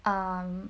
um